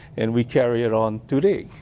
and we carry it on today.